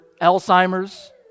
Alzheimer's